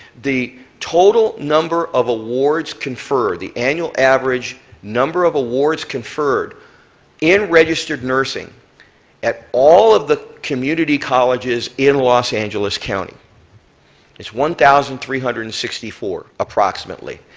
the total number of awards conferred, the annual average number of awards conferred in registered nursing at all of the community colleges in los angeles county is one thousand three hundred and sixty four approximately.